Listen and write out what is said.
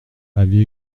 avis